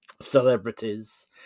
celebrities